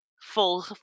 full